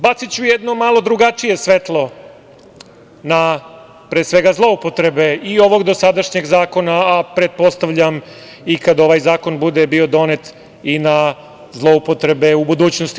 Baciću jedno malo drugačije svetlo na, pre svega zloupotreba i ovog dosadašnjeg zakona, a pretpostavljam i kada ovaj zakon bude bio donet i na zloupotrebe u budućnosti.